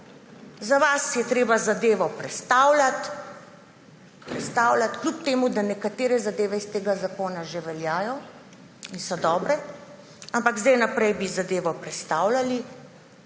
Za vas je treba zadevo prestavljati, kljub temu da nekatere zadeve iz tega zakona že veljajo in so dobre, ampak zdaj naprej bi zadevo prestavljali.